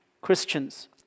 Christians